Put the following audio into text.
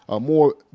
more